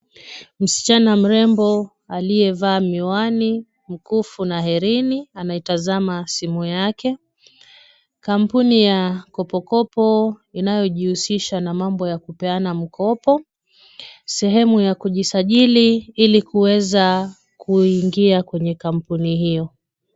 Msichana mrembo aliyevaa miwani, mkufu na herini anaitazama simu yake, kampuni ya Kopokopo inayojihusisha na mambo ya kupeana mkopo, sehemu ya kujisajili ili kuweza kuingia kwenye kampuni hiyo.